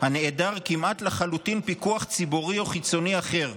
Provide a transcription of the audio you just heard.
הנעדר כמעט לחלוטין פיקוח ציבורי או חיצוני אחר.